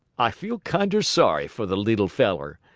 i feel kinder sorry for the leetle feller,